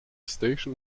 station